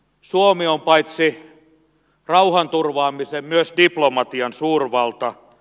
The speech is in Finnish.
suomi on paitsi rauhanturvaamisen myös diplomatian suurvalta